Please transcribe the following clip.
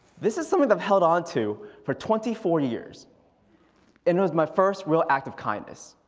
this is something i've held onto for twenty four years and it was my first real act of kindness.